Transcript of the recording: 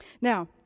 Now